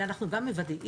אלא אנחנו גם מוודאים,